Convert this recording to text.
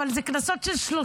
אבל אלה קנסות של 30,000,